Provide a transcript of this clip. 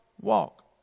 walk